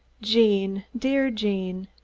gene, dear gene!